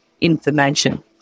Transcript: information